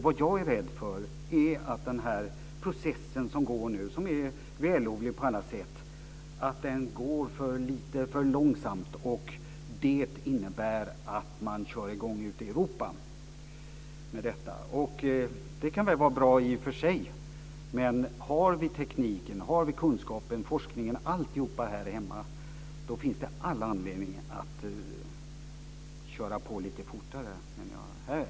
Vad jag är rädd för är att den process som är i gång nu och som är vällovlig på alla sätt går lite för långsamt. Det kan innebära att man kör i gång ute i Europa med detta. Det kan väl vara bra i och för sig, men har vi tekniken, kunskapen, forskningen och alltihop här hemma så finns det all anledning att köra på lite fortare.